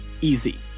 easy